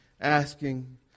asking